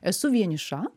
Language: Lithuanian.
esu vieniša